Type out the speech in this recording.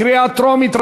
קריאה טרומית.